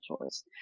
choice